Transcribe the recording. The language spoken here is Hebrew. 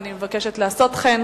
ואני מבקשת לעשות כן.